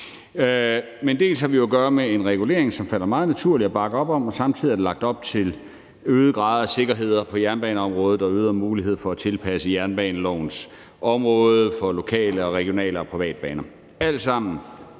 her. Dels har vi jo at gøre med en regulering, som det falder meget naturligt at bakke op om, dels er der lagt op til en øget grad af sikkerhed på jernbaneområdet og øgede muligheder for at tilpasse jernbanelovens område til lokale, regionale og private baner. Det er